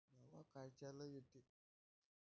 मावा कायच्यानं येते?